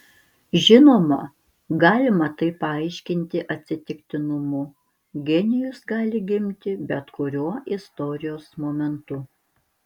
žinoma galima tai paaiškinti atsitiktinumu genijus gali gimti bet kuriuo istorijos momentu